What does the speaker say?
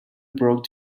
broke